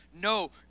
No